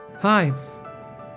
Hi